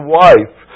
wife